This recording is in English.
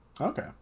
Okay